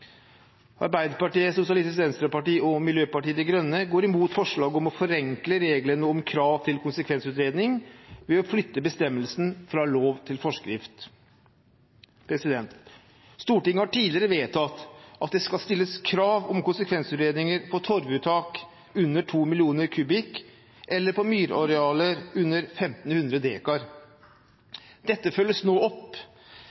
Arbeiderpartiet, SV og Miljøpartiet De Grønne går imot forslaget om å forenkle reglene om krav til konsekvensutredning ved å flytte bestemmelsen fra lov til forskrift. Stortinget har tidligere vedtatt at det skal stilles krav om konsekvensutredninger for torvuttak under 2 mill. kubikk eller på myrarealer under